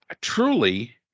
truly